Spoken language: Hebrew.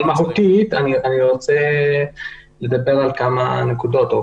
מהותית אני רוצה לדבר על כמה נקודות.